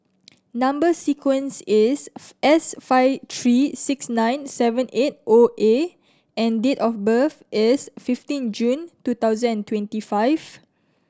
number sequence is S five three six nine seven eight O A and date of birth is fifteen June two thousand and twenty five